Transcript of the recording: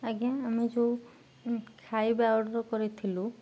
ଆଜ୍ଞା ଆମେ ଯେଉଁ ଖାଇବା ଅର୍ଡ଼ର୍ କରିଥିଲୁ